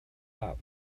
out